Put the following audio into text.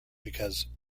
because